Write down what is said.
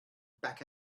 back